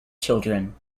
children